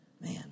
Man